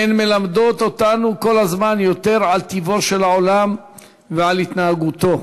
הן מלמדות אותנו כל הזמן עוד על טיבו של העולם ועל התנהגותו,